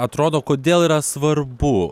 atrodo kodėl yra svarbu